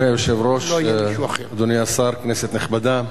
אדוני היושב-ראש, אדוני השר, כנסת נכבדה,